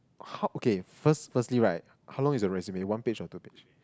ho~ okay first firstly right how long is your resume one page or two page